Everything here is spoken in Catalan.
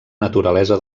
naturalesa